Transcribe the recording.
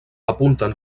apunten